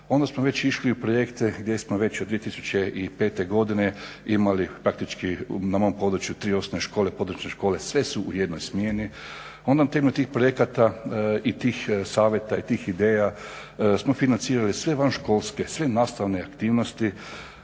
onda smo već išli u projekte gdje smo već od 2005. godine imali praktički na mom području tri osnovne škole, područne škole, sve su u jednoj smjeni. Onda na temelju tih projekata i tih savjeta i tih ideja smo financirali sve vanškolske, sve nastavne aktivnosti.